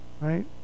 right